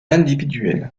individuel